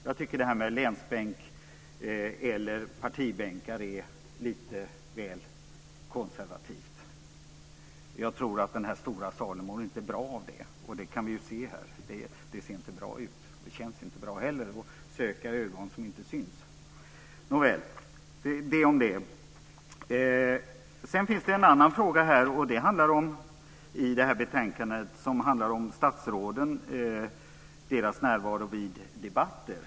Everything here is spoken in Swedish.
Jag tycker att detta med länsbänkar eller partibänkar är lite väl konservativt. Jag tror att den här stora salen inte mår bra av det. Det kan vi ju se här. Det ser inte bra ut. Det känns inte bra heller att söka ögon som inte syns. Sedan finns det en annan fråga i det här betänkandet som handlar om statsråden och deras närvaro vid debatter.